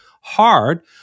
hard